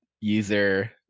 user